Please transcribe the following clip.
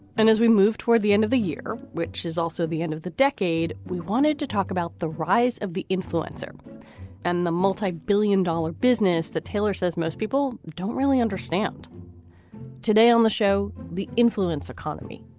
and as we move toward the end of the year, which is also the end of the decade, we wanted to talk about the rise of the influencer and the multi-billion dollar business that taylor says most people don't really understand today on the show. the influence economy.